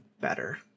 better